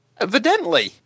Evidently